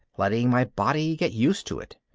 letting my body get used to it.